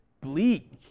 bleak